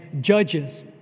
Judges